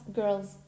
girls